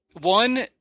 One